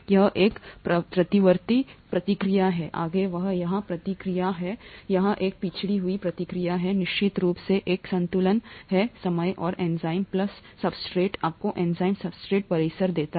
यहाँ एक प्रतिवर्ती प्रतिक्रिया है आगे वहाँ यहाँ एक प्रतिक्रिया है यहाँ एक पिछड़ी हुई प्रतिक्रिया है निश्चित रूप से एक संतुलन है समय और एंजाइम प्लस सब्सट्रेट आपको एंजाइम सब्सट्रेट परिसर देता है